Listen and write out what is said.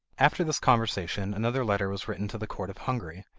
after this conversation another letter was written to the court of hungary,